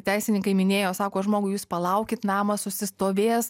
teisininkai minėjo sako žmogui jūs palaukit namas susistovės